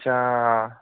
आत्सा